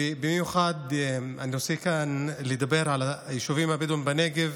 ובמיוחד אני רוצה כאן לדבר על היישובים הבדואיים בנגב.